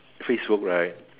Facebook right